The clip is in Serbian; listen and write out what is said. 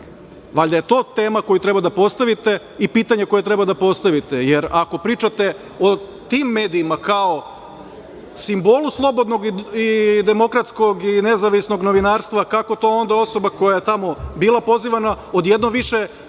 Valjda je to tema koju treba da postavite i pitanje koje treba da postavite, jer ako pričate o tim medijima kao simbolu slobodnog i demokratskog i nezavisnog novinarstva kako to da osoba koja je tamo bila pozivana odjednom više